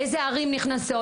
איזה ערים נכנסות?